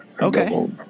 Okay